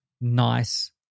nice